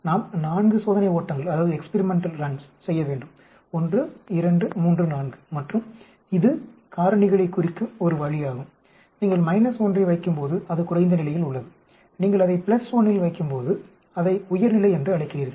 நாம் 4 சோதனை ஓட்டங்களை செய்ய வேண்டும் 1 2 3 4 மற்றும் இது காரணிகளைக் குறிக்கும் ஒரு வழியாகும் நீங்கள் 1 ஐ வைக்கும் போது அது குறைந்த நிலையில் உள்ளது நீங்கள் அதை 1 இல் வைக்கும்போது அதை உயர் நிலை என்று அழைக்கிறீர்கள்